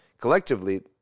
collectively